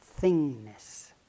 thingness